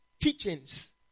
teachings